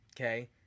okay